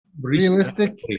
realistic